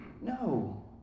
No